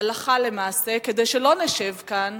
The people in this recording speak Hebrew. הלכה למעשה, כדי שלא נשב כאן